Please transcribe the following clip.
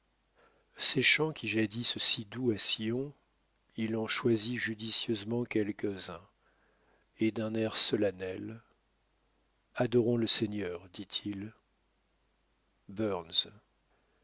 ces chants qui jadis étaient si doux à sion il en choisit judicieusement quelques-uns et d'un air solennel adorons le seigneur dit-il burns